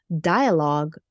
dialogue